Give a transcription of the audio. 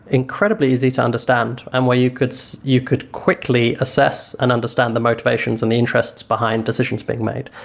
incredibly easy to understand, and where you could so you could quickly assess and understand the motivations and the interests behind decisions being made,